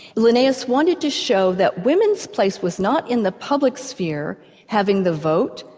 linnaeus wanted to show that women's place was not in the public sphere having the vote,